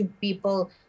people